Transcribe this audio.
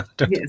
Yes